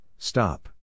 Stop